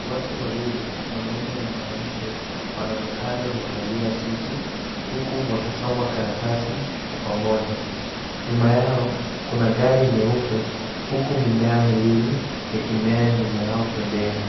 Watu wawili, mwanamume na mwanamke wanaonekana wamevalia suti, huku wakisoma karatasi kwa pamoja, nyuma yao kuna gari nyeupe, huku mimea miwili ikimea nyuma yao pembeni,